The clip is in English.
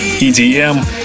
EDM